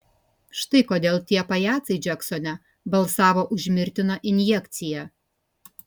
štai kodėl tie pajacai džeksone balsavo už mirtiną injekciją